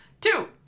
Two